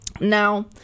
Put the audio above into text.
Now